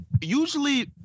usually